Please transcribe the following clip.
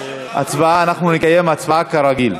הצבעה, אנחנו נקיים הצבעה כרגיל.